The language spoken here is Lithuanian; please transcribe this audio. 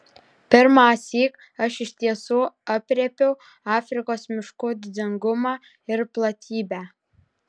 pirmąsyk aš iš tiesų aprėpiau afrikos miškų didingumą ir platybę